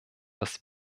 dass